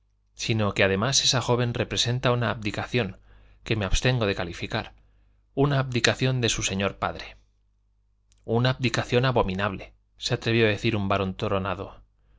sino que además esa joven representa una abdicación que me abstengo de calificar una abdicación de su señor padre una abdicación abominable se atrevió a decir un barón tronado